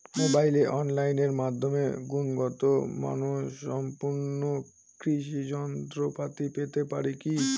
মোবাইলে অনলাইনের মাধ্যমে গুণগত মানসম্পন্ন কৃষি যন্ত্রপাতি পেতে পারি কি?